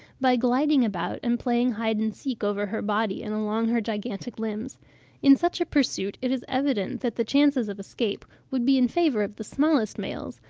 by gliding about and playing hide and seek over her body and along her gigantic limbs in such a pursuit it is evident that the chances of escape would be in favour of the smallest males,